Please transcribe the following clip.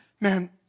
man